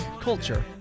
Culture